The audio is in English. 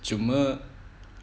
cuma